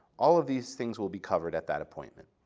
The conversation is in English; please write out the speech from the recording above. all of these things will be covered at that appointment.